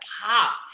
pop